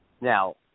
Now